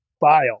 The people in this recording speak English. file